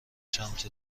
چند